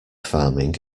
farming